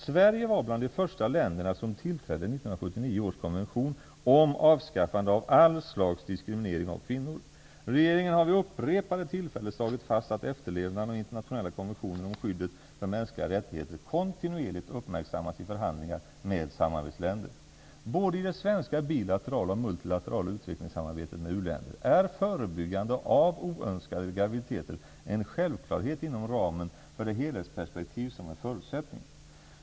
Sverige var bland de första länderna som tillträdde 1979 års konvention om avskaffande av all slags diskriminering av kvinnor. Regeringen har vid upprepade tillfällen slagit fast att efterlevnaden av internationella konventioner om skydd för mänskliga rättigheter kontinuerligt uppmärksammas i förhandlingar med samarbetsländer. Både i det svenska bilaterala och multilaterala utvecklingssamarbetet med u-länder är förebyggande av oönskade graviditeter en självklarhet inom ramen för det helhetsperspektiv som är förutsättningen.